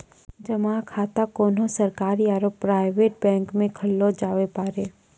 जमा खाता कोन्हो सरकारी आरू प्राइवेट बैंक मे खोल्लो जावै पारै